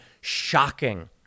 shocking